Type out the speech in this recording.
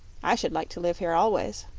i should like to live here always.